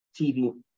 TV